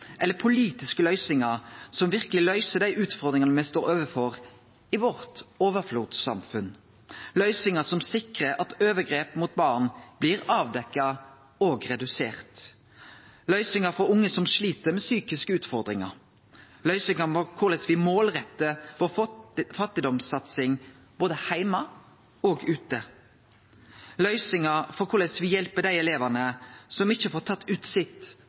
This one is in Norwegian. eller politiske løysingar som verkeleg løyser dei utfordringane me står overfor i overflodssamfunnet vårt – løysingar som sikrar at overgrep mot barn blir avdekte og talet redusert, løysingar for unge som slit med psykiske utfordringar, løysingar på korleis me målrettar fattigdomssatsinga vår både heime og ute, løysingar for korleis me hjelper dei elevane som ikkje får tatt ut potensialet sitt